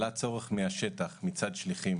עלה צורך מהשטח מצד שליחים